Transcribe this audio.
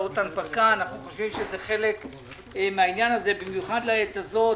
אנו חושבים שזה חלק מהעניין, במיוחד לעת הזו.